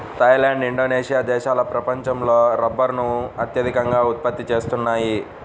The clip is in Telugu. థాయ్ ల్యాండ్, ఇండోనేషియా దేశాలు ప్రపంచంలో రబ్బరును అత్యధికంగా ఉత్పత్తి చేస్తున్నాయి